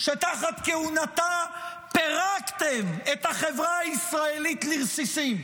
שתחת כהונתה פירקתם את החברה הישראלית לרסיסים,